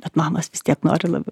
bet mamos vis tiek nori labai